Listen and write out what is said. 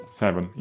seven